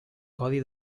codi